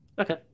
Okay